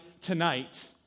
tonight